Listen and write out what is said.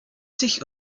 sich